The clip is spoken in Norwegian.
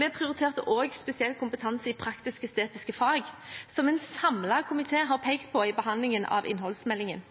Vi prioriterte også spesielt kompetanse i praktisk-estetiske fag, som en samlet komité har pekt på i behandlingen av innholdsmeldingen,